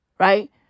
Right